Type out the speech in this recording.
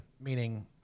meaning